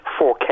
4K